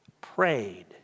prayed